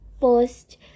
first